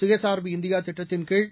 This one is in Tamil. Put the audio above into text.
சுயசார்பு இந்தியா திட்டத்தின்கீழ்